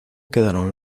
quedaron